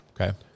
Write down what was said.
Okay